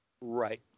Right